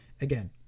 again